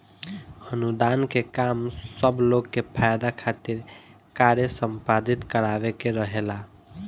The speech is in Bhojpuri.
अनुदान के काम सब लोग के फायदा खातिर कार्य संपादित करावे के रहेला